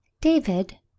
David